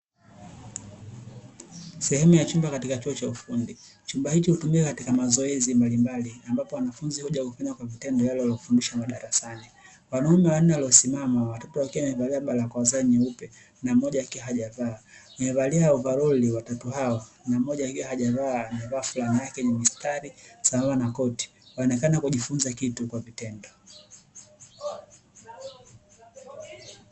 Sehemu ya chumba katika chuo cha ufundi, chumba hicho hutumika katika mazoezi mbalimbali ambapo wanafunzi hujakutumia kwa vitendo yale waliyofundishwa madarasani, wanaume wanne waliosimama watatu wakiwa wamevalia barakoa nyeupe na mmoja akiwa hajavaa amevalia ovaroli kwa watatu hao na mmoja akiwa hajavaa bali amevalia flana yake yenye mistari sambamba na koti wakionekana kujifunza kitu kwa vitendo.